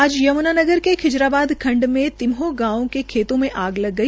आज यम्नानगर के खिजराबाद खंड के तिम्हो गांव के खेतों में आग लग गई